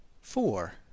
four